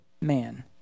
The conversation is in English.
man